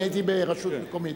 אני הייתי ברשות מקומית.